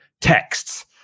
texts